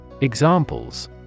Examples